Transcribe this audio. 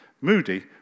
Moody